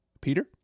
Peter